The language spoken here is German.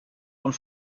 und